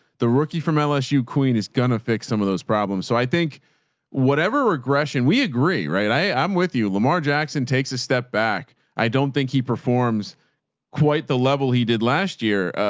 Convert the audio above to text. the rookie from lsu queen is gonna fix some of those problems. so i think whatever regression we agree, right? i i'm with you. lamar jackson takes a step back. i don't think he performs quite the level he did last year,